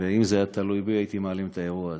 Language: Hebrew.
ואם זה היה תלוי בי הייתי מעלים את האירוע הזה.